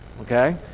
Okay